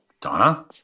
Donna